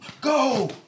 Go